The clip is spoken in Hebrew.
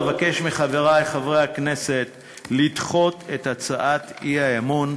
אבקש מחברי חברי הכנסת לדחות את הצעת האי-אמון.